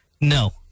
no